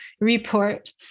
report